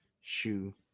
Shoe